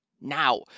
now